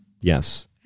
Yes